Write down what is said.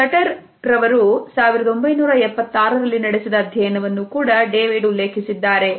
ಶಟರ್ರ್ ರವರು 1976 ರಲ್ಲಿ ನಡೆಸಿದ ಅಧ್ಯಯನವನ್ನು ಕೂಡ ಡೇವಿಡ್ ಉಲ್ಲೇಖಿಸಿದ್ದಾರೆ